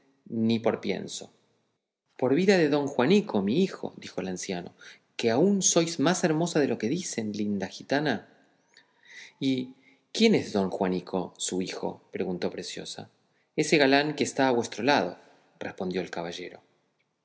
ni por pienso por vida de don juanico mi hijo dijo el anciano que aún sois más hermosa de lo que dicen linda gitana y quién es don juanico su hijo preguntó preciosa ese galán que está a vuestro lado respondió el caballero